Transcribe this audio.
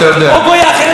מתביישים